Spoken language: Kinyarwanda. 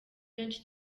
menshi